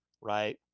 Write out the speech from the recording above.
right